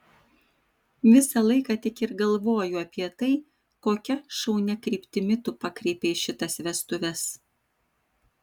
visą laiką tik ir galvoju apie tai kokia šaunia kryptimi tu pakreipei šitas vestuves